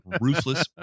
ruthless